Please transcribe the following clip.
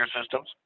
systems